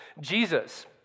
Jesus